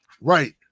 right